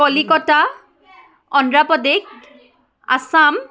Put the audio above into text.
Kolkata Andhra Pradesh Assam